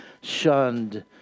shunned